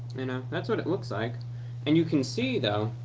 you know, that's what it looks like and you can see though.